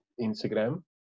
instagram